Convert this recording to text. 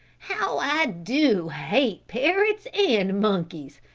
how i do hate parrots and monkeys!